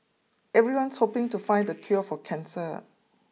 everyone's hoping to find the cure for cancer